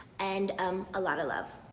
and um a lot of love.